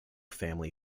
family